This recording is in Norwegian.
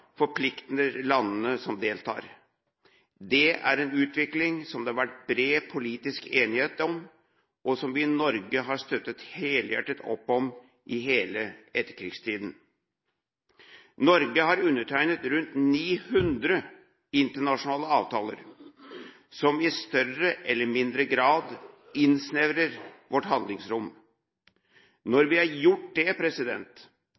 forplikter landene som deltar. Det er en utvikling som det har vært bred politisk enighet om, og som vi i Norge har støttet helhjertet opp om i hele etterkrigstiden. Norge har undertegnet rundt 900 internasjonale avtaler som i større eller mindre grad innsnevrer vårt handlingsrom.